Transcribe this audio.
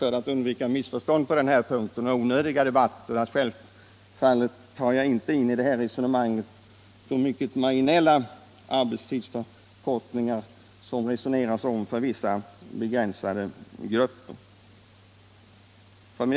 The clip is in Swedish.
För att undvika missförstånd och onödig debatt på den här punkten exkluderar jag i denna debatt de marginella arbetstidsförkortningar som övervägs för vissa begränsade grupper.